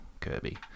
Kirby